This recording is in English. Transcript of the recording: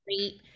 great